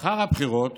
לאחר הבחירות